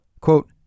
Quote